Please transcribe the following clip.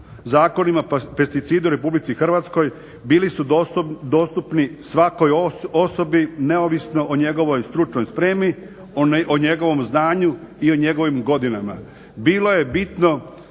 zakonima pesticidi u RH bili su dostupni svakoj osobi neovisno o njegovoj stručnoj spremi, o njegovom znanju i o njegovim godinama. Bilo je bitno